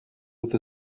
with